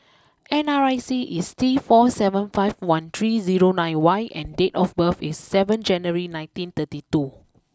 N R I C is T four seven five one three zero nine Y and date of birth is seven January nineteen thirty two